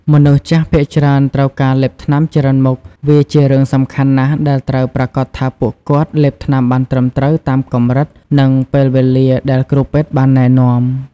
មនុស្សចាស់ភាគច្រើនត្រូវការលេបថ្នាំច្រើនមុខ វាជារឿងសំខាន់ណាស់ដែលត្រូវប្រាកដថាពួកគាត់លេបថ្នាំបានត្រឹមត្រូវតាមកម្រិត និងពេលវេលាដែលគ្រូពេទ្យបានណែនាំ។